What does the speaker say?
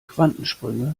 quantensprünge